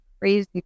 crazy